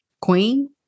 Queen